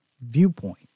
viewpoint